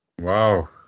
Wow